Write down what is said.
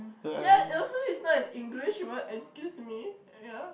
ya (uh huh) is not an English word excuse me ya